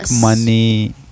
money